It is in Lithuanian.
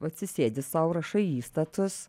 atsisėdi sau rašai įstatus